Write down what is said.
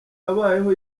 yabayeho